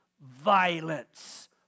violence